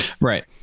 right